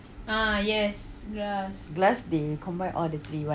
glass they combine all the three [one]